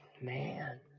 Man